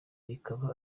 ikaba